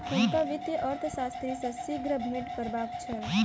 हुनका वित्तीय अर्थशास्त्री सॅ शीघ्र भेंट करबाक छल